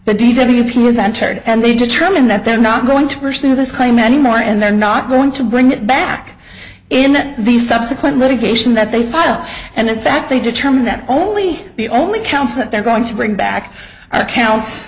shared and they determined that they're not going to pursue this claim anymore and they're not going to bring it back in the subsequent litigation that they file and in fact they determine that only the only counts that they're going to bring back our count